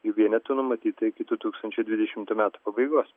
jų vienetų numatyta iki du tūkstančiai dvidešimtų metų pabaigos